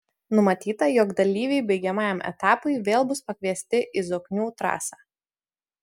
numatyta jog dalyviai baigiamajam etapui vėl bus pakviesti į zoknių trasą